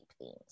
themes